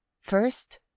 First